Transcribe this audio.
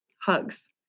hugs